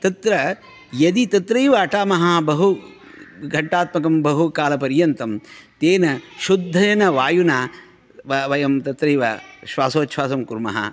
तत्र यदि तत्रैव अटामः बहुघण्टात्मकं बहुकालपर्यन्तं तेन शुद्धेन वायुना वयं तत्रैव श्वासोच्छ्वासं कुर्मः